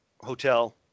hotel